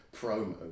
promo